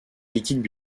liquides